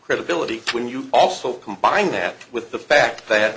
credibility when you also combine that with the fact that